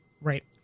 Right